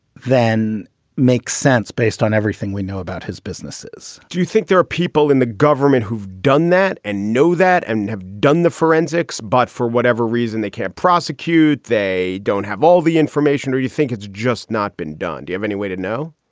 than makes sense based on everything we know about his businesses. do you think there are people in the government who've done that and know that and have done the forensics, but for whatever reason, they can't prosecute. they don't have all the information or you think it's just not been done? do you have any way to know?